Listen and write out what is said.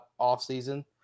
offseason